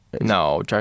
No